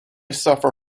suffer